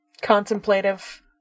contemplative